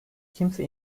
kimse